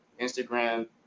instagram